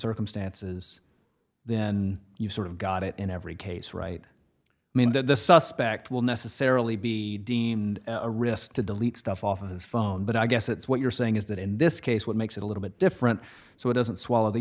circumstances then you sort of got it in every case right i mean that this suspect will necessarily be deemed a risk to delete stuff off his phone but i guess that's what you're saying is that in this case what makes it a little bit different so it doesn't swallow the